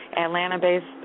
Atlanta-based